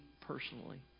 personally